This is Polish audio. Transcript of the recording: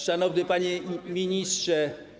Szanowny Panie Ministrze!